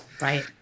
Right